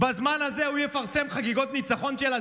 ביחד, ואני באמת רואה שגם יש ניסיון אמיתי.